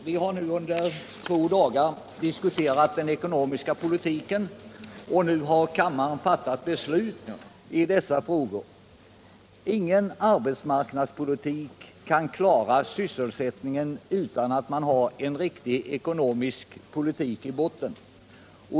Herr talman! Vi har under två dagar diskuterat den ekonomiska politiken, och nu har kammaren fattat beslut i dessa frågor. Ingen arbetsmarknadspolitik kan klara sysselsättningen utan att man har en riktig ekonomisk politik i botten.